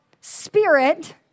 spirit